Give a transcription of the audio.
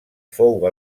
fou